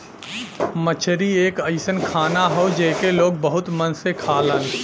मछरी एक अइसन खाना हौ जेके लोग बहुत मन से खालन